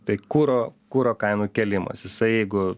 tai kuro kuro kainų kėlimas jisai jeigu